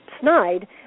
snide